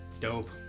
dope